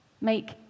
Make